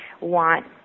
want